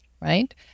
right